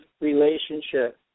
relationship